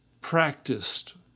practiced